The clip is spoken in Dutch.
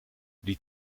die